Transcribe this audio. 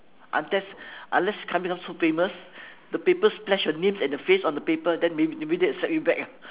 unless unless you become so famous the paper splashed your names and the face on the paper then maybe maybe they will accept you back ah